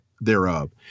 thereof